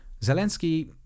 Zelensky